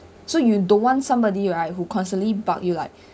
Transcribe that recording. so you don't want somebody right who constantly bug you like